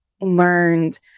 learned